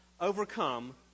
overcome